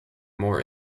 more